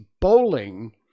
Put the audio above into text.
Bowling